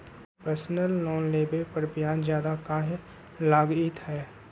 Personal loan लेबे पर ब्याज ज्यादा काहे लागईत है?